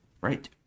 Right